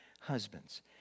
husbands